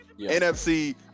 NFC